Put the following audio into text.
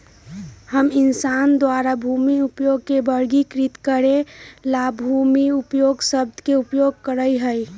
हम इंसान द्वारा भूमि उपयोग के वर्गीकृत करे ला भूमि उपयोग शब्द के उपयोग करा हई